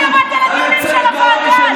למה לא באת לדיונים של הוועדה?